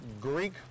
Greek –